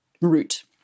route